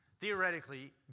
Theoretically